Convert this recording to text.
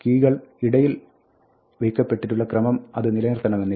കീകൾ ഇടയിൽ വെയ്ക്കപ്പെട്ടിട്ടുള്ള ക്രമം അത് നിലനിർത്തണമെന്നില്ല